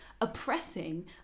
oppressing